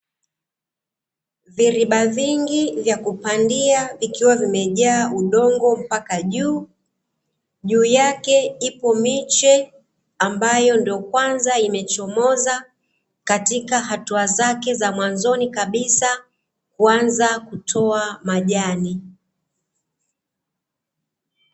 Viriba vingi vya kupandia vikiwa vimejaa udongo paka juu, juu yake ipo miche ambayo ndo kwanza imechomoza katika hatua zake za mwanzoni kabisa kuanza kutoa majani.